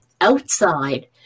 outside